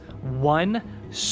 One